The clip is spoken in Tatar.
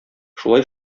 шулай